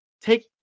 take